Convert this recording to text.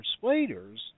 persuaders